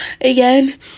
again